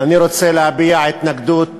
אני רוצה להביע התנגדות